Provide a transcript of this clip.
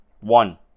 One